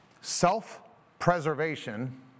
Self-preservation